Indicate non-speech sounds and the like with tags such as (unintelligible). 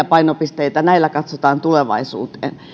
(unintelligible) painopiste ja näillä katsotaan tulevaisuuteen